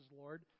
Lord